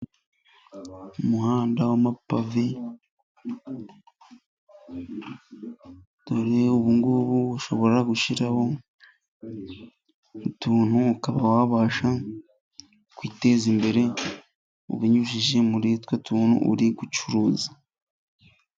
Umuhanda w'amapavi ,dore ubu ngubu ushobora gushyiraho utuntu ukaba wabasha kwiteza imbere, binyujije muri utwo tuntu uri gucuruza.